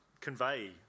convey